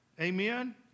amen